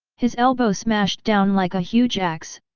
his elbow smashed down like a huge axe,